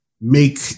make